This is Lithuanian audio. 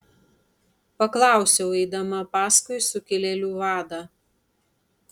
paklausiau eidama paskui sukilėlių vadą